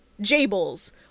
Jables